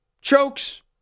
chokes